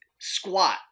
squat